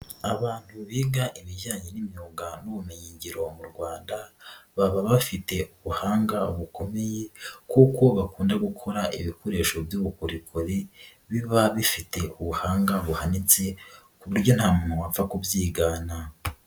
Abantu biga ibijyanye n'imyuga n'ubumenyingiro mu Rwanda baba bafite ubuhanga bukomeye kuko bakunda gukora ibikoresho by'ubukorikori biba bifite ubuhanga buhanitse ku buryo nta muntu wapfa kubyigana.